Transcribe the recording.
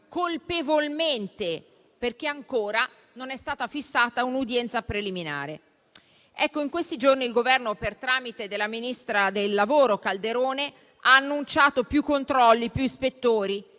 colpevolmente, perché ancora non è stata fissata un'udienza preliminare. In questi giorni il Governo, per tramite della ministra del lavoro Calderone, ha annunciato più controlli e più ispettori.